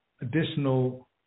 additional